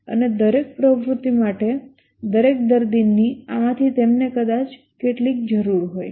અને દરેક પ્રવૃત્તિ માટે દરેક દર્દીની આમાંથી તેમને કદાચ કેટલીક જરૂર હોય